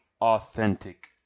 authentic